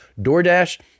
DoorDash